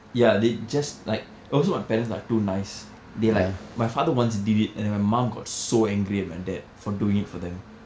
ya they just like also my parents are too nice they like my father once did it and then my mom got so angry at my dad for doing it for them